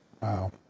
Wow